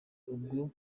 ubwo